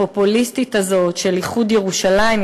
הפופוליסטית הזאת של איחוד ירושלים,